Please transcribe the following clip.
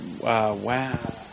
Wow